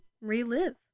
relive